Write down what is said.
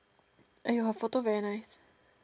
!aiyo! photo very nice